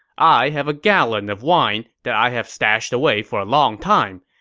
i have a gallon of wine that i have stashed away for a long time.